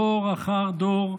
דור אחר דור,